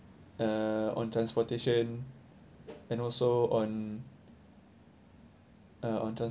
uh on transportation and also on uh on